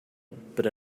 but